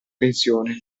pensione